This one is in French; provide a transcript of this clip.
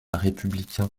républicain